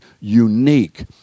unique